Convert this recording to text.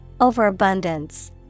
Overabundance